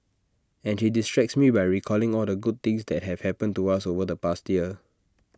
and she distracts me by recalling all the good things that have happened to us over the past year